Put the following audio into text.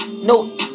No